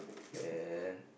then